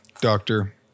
doctor